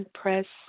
press